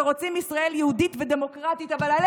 שרוצים ישראל יהודית ודמוקרטית אבל על